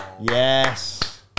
yes